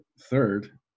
third